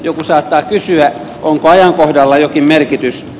joku saattaa kysyä onko ajankohdalla jokin merkitys